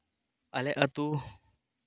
ᱟᱞᱮ ᱟᱹᱛᱩ